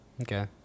Okay